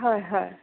হয় হয়